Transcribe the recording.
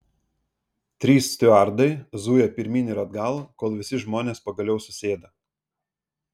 trys stiuardai zuja pirmyn ir atgal kol visi žmonės pagaliau susėda